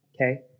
okay